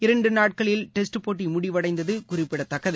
இரண்டே நாட்களில் டெஸ்ட் போட்டி முடிவடைந்தது குறிப்பிடத்தக்கது